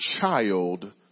child